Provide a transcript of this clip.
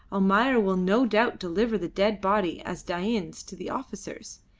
almayer will no doubt deliver the dead body as dain's to the officers,